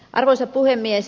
arvoisa puhemies